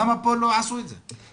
למה פה לא עשו את זה?